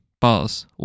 Bars